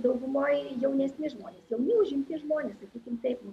daugumoj jaunesni žmonės jauni užimti žmonės sakykim taip